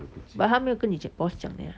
but 他没有没有跟你的 boss 讲 ah